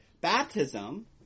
Baptism